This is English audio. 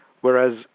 Whereas